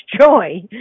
joy